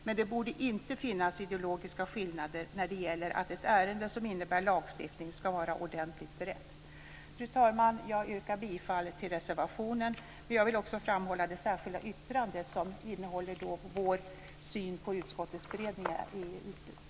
Men det borde inte finnas ideologiska skillnader när det gäller att ett ärende som innebär lagstiftning ska vara ordentligt berett. Fru talman! Jag yrkar bifall till reservationen. Jag vill också framhålla det särskilda yttrandet som innehåller vår syn på utskottets beredning av ärendet.